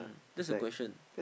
that's a question